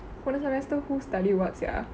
போன:pone semester who study what sia